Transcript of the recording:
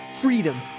freedom